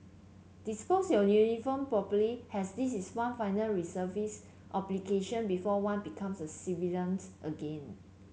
dispose your uniform properly as this is one final reservist obligation before one becomes a civilian again